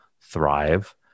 thrive